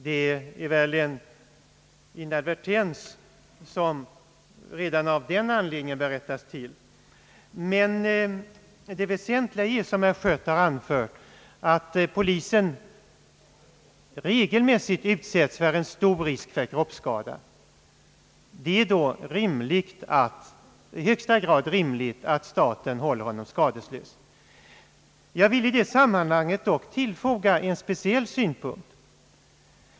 Det är en inadvertens som redan av den anledningen bör rättas till. Men det väsentliga är, som herr Schött har anfört, att polisen regelmässigt utsätts för stor risk för kroppsskada. Det är då i högsta grad rimligt att staten håller honom skadeslös. Jag vill i det sammanhanget dock tillfoga en specieli synpunkt.